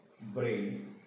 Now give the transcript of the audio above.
brain